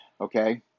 okay